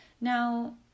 Now